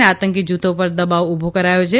અને આતંકી જૂથો પર દબાવ ઉભો કરાયો છે